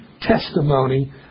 testimony